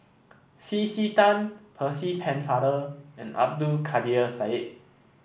C C Tan Percy Pennefather and Abdul Kadir Syed